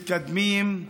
מתקדמים,